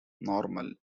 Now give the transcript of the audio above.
normal